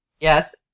Yes